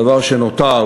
הדבר האחרון שנותר,